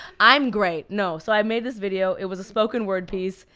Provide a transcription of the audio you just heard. i'm great, no so i made this video. it was a spoken word piece.